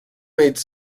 made